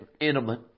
intimate